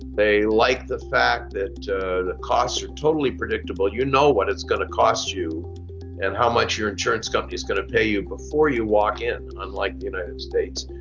they like the fact that the costs are totally predictable. you know what it's going to cost you and how much your insurance company is going to pay you before you walk in, unlike the united states.